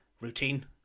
routine